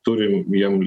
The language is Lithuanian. turim vien